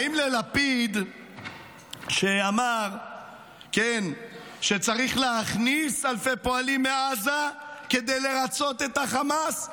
האם ללפיד שאמר שצריך להכניס אלפי פועלים מעזה כדי לרצות את החמאס?